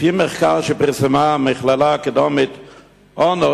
לפי מחקר שפרסמה המכללה האקדמית אונו,